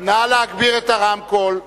נא להגביר את הרמקול.